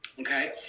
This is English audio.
okay